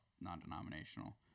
non-denominational